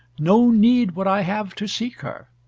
no need would i have to seek her.